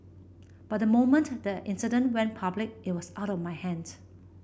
but the moment the incident went public it was out of my hands